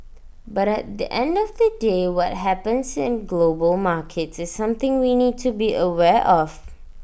but at the end of the day what happens in global markets is something we need to be aware of